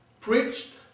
preached